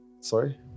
sorry